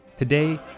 Today